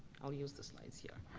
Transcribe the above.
i'll use the slides here.